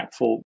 impactful